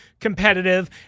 competitive